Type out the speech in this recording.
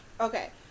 Okay